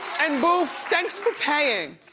and boof, thanks for paying.